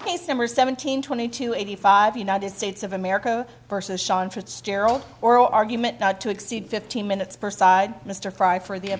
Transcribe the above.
number seventeen twenty two eighty five united states of america versus sean fitzgerald oral argument not to exceed fifteen minutes per side mr fry for the